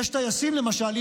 יש טייסים למשל,